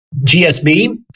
GSB